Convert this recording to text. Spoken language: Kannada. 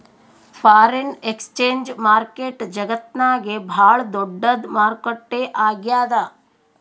ಫಾರೆನ್ ಎಕ್ಸ್ಚೇಂಜ್ ಮಾರ್ಕೆಟ್ ಜಗತ್ತ್ನಾಗೆ ಭಾಳ್ ದೊಡ್ಡದ್ ಮಾರುಕಟ್ಟೆ ಆಗ್ಯಾದ